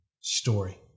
story